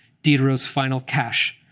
diderot's final cache,